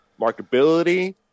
markability